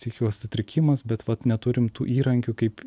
psichikos sutrikimas bet vat neturim tų įrankių kaip